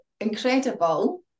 incredible